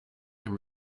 and